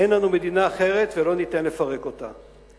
אין לנו מדינה אחרת ולא ניתן לפרק אותה.